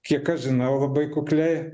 kiek aš žinau labai kukliai